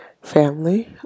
family